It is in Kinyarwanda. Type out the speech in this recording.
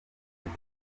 bita